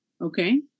Okay